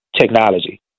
technology